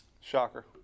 Shocker